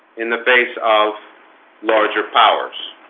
in the face of larger powers